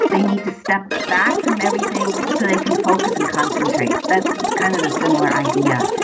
they need to step back from everything so they can focus and concentrate. that's kind of the similar idea.